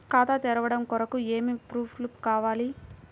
ఖాతా తెరవడం కొరకు ఏమి ప్రూఫ్లు కావాలి?